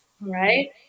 right